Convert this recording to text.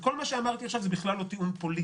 וכל מה שאמרתי עכשיו זה בכלל לא טיעון פוליטי,